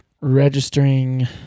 registering